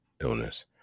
illness